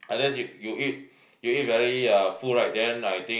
I guess you you eat you eat very uh full right then I think